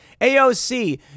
AOC